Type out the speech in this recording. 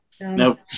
Nope